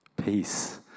peace